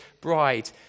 bride